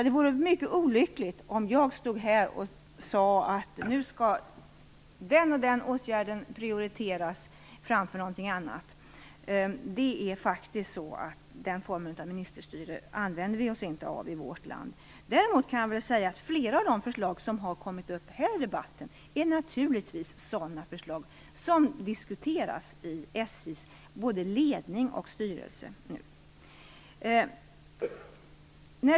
Det vore mycket olyckligt om jag stod här och sade att nu skall den och den åtgärden prioriteras framför någonting annat. Den formen av ministerstyre använder vi oss inte av i vårt land. Däremot kan jag säga att flera av de förslag som har kommit upp i debatten här naturligtvis är sådana förslag som diskuteras både i SJ:s ledning och styrelse nu.